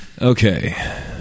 Okay